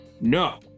No